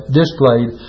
displayed